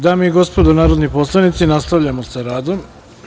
Dame i gospodo narodni poslanici, nastavljamo sa radom.